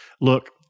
Look